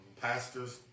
pastors